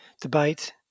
debate